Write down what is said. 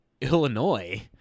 Illinois